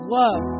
love